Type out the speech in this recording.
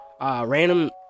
random